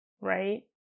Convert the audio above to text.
Right